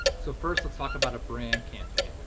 so first, let's talk about a brand campaign.